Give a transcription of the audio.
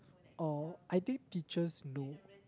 or I think teachers know